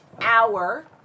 hour